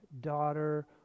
daughter